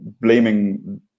blaming